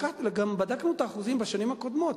בדקנו גם את האחוזים בשנים הקודמות,